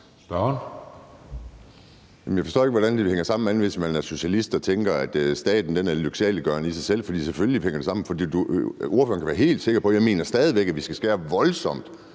(NB): Jeg forstår ikke, hvordan man ikke kan se, det hænger sammen, andet end hvis man er socialist og tænker, at staten er lyksaliggørende i sig selv, for selvfølgelig hænger det sammen. Ordføreren kan være helt sikker på, at jeg stadig væk mener, vi skal skære voldsomt